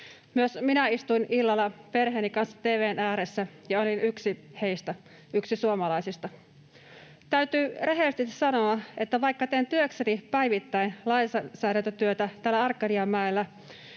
Myös minä istuin illalla perheeni kanssa tv:n ääressä ja olin yksi heistä, yksi suomalaisista. Täytyy rehellisesti sanoa, että vaikka teen työkseni päivittäin lainsäädäntötyötä täällä Arkadianmäellä,